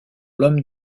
l’homme